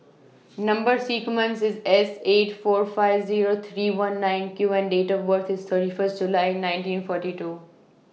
Number sequence IS S eight four five Zero three one nine Q and Date of birth IS thirty First July nineteen forty two